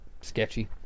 sketchy